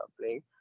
playing